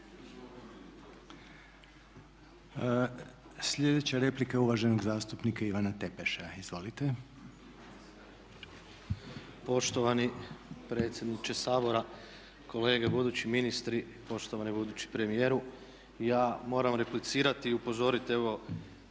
Sljedeća replika uvaženog zastupnika Ivana Tepeša, izvolite. **Tepeš, Ivan (HSP AS)** Poštovani predsjedniče Sabora, kolege, budući ministri, poštovani budući premijeru ja moram replicirati i upozoriti evo